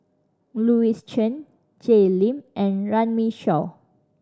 Louis Chen Jay Lim and Runme Shaw